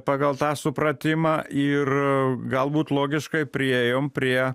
pagal tą supratimą ir galbūt logiškai priėjom prie